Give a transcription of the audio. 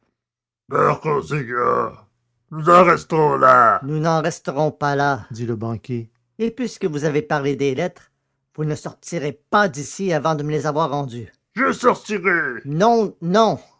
conséquent nous en resterons là nous n'en resterons pas là dit le banquier et puisque vous avez parlé des lettres vous ne sortirez pas d'ici avant de me les avoir rendues je sortirai non non